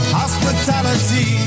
hospitality